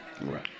right